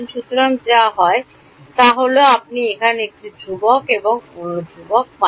সুতরাং যা হয় তা হল আপনি এখানে একটি ধ্রুবক এবং অন্য ধ্রুবক পান